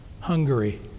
Hungary